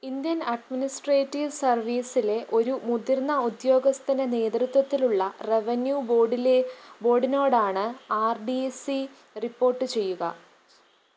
Indian administrative സർവീസിലെ ഒരു മുതിർന്ന ഉദ്യോഗസ്ഥൻ്റെ നേതൃത്വത്തിലുള്ള റവന്യൂ ബോർഡിലെ ബോർഡിനോടാണ് ആർ ഡി സി റിപ്പോർട്ട് ചെയ്യുക